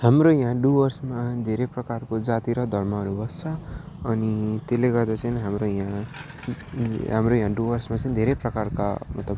हाम्रो यहाँ डुवर्समा धेरै प्रकारको जाति र धर्महरू बस्छ अनि त्यसले गर्दा चाहिँ हाम्रो यहाँ हाम्रो यहाँ डुवर्समा चाहिँ धेरै प्रकारका मतलब